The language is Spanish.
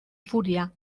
furia